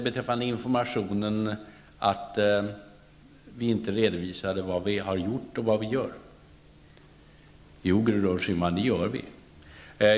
Beträffande informationen sade Gudrun Schyman att vi inte har redovisat vad vi har gjort och vad vi gör. Jo, Gudrun Schyman, vi lämnar redovisningar.